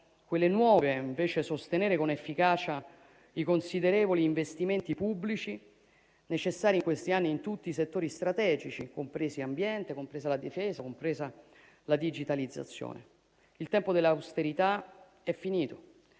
quelle nuove devono invece sostenere con efficacia i considerevoli investimenti pubblici necessari in questi anni in tutti i settori strategici, compresi l'ambiente, la difesa, la digitalizzazione. Il tempo dell'austerità è finito